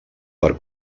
per